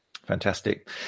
Fantastic